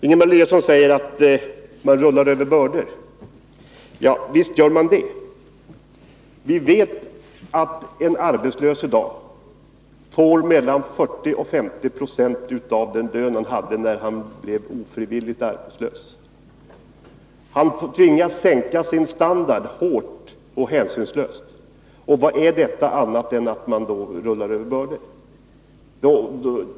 Ingemar Eliasson säger att man rullar över bördor. Ja, visst gör man det. Vi vet att en arbetslös i dag får mellan 40 och 50 96 av den lön han hade när han blev ofrivilligt arbetslös. Han tvingas sänka sin standard på ett hårt och hänsynslöst sätt. Och vad är detta annat än att man rullar över bördor?